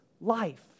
life